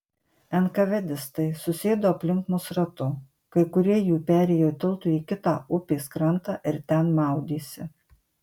enkavedistai susėdo aplink mus ratu kai kurie jų perėjo tiltu į kitą upės krantą ir ten maudėsi